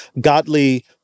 Godly